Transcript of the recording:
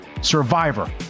Survivor